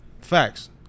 facts